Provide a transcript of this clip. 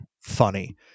funny